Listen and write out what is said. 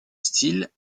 style